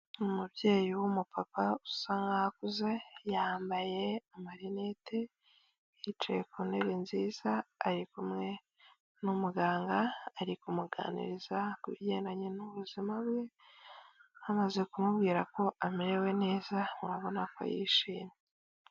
Umubyeyi w'umupapa usa nkaho akuze yambaye amarinete, yicaye ku ntebe nziza ari kumwe n'umuganga ari kumuganiriza ku bigendanye n'ubuzima bwe, amaze kumubwira ko amerewe neza urabona ko yishimye.